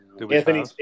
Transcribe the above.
Anthony